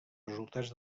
resultats